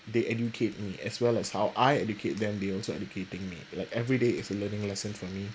they educate me as well as how I educate them they also educating me like every day is a learning lesson for me